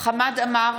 חמד עמאר,